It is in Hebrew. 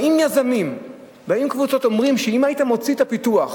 באים יזמים ואומרים: אם היית מוציא את הפיתוח